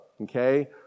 okay